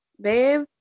babe